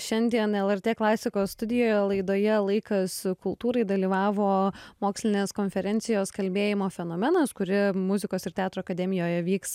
šiandien lrt klasikos studijoje laidoje laikas kultūrai dalyvavo mokslinės konferencijos kalbėjimo fenomenas kuri muzikos ir teatro akademijoje vyks